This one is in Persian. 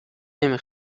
نمی